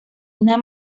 una